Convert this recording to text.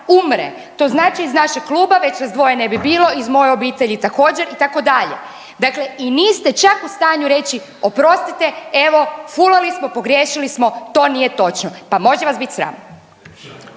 To znači iz našeg kluba već nas ne bi bilo, iz moje obitelji također itd. Dakle i niste čak u stanju reći oprostite, evo fulali smo, pogriješili smo, to nije točno. Pa može vas biti sram!